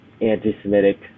anti-Semitic